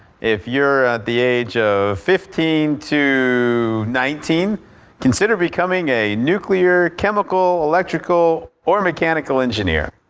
if you're at the age of fifteen to nineteen consider becoming a nuclear, chemical, electrical, or mechanical engineer.